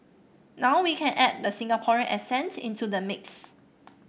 now we can add the Singaporean accent into the mix